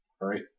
right